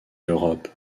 europe